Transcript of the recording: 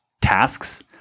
tasks